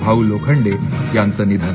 भाऊ लोखंडे यांचं निधन